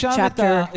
chapter